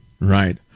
right